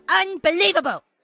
unbelievable